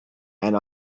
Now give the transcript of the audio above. and